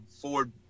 Ford